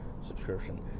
Subscription